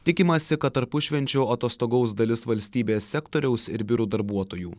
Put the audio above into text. tikimasi kad tarpušvenčiu atostogaus dalis valstybės sektoriaus ir biurų darbuotojų